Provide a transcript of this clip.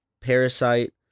Parasite